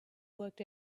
worked